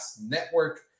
Network